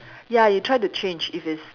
ya you'll try to change if it's